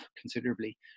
considerably